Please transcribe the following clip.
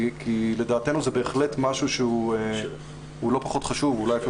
כי לדעתנו זה בהחלט משהו שהוא לא פחות חשוב ואולי אפילו